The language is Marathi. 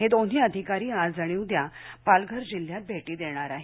हे दोन्ही अधिकारी आज आणि उद्या पालघर जिल्हयात भेटी देणार आहेत